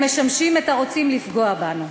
הם משמשים את הרוצים לפגוע בנו.